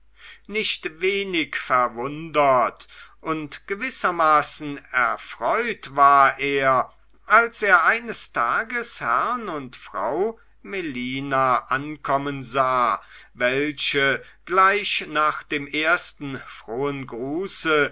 nicht wenig verwundert und gewissermaßen erfreut war er als er eines tages herrn und frau melina ankommen sah welche gleich nach dem ersten frohen gruß